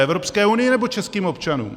Evropské unii, nebo českým občanům?